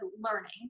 learning